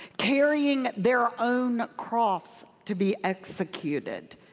carrying their own cross to be executed.